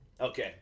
Okay